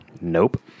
Nope